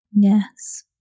Yes